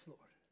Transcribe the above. Lord